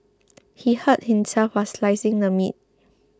he hurt himself while slicing the meat